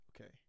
Okay